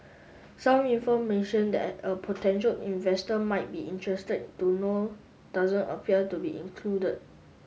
some information that a potential investor might be interested to know doesn't appear to be included